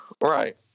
Right